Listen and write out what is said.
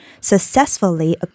successfully